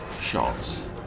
shots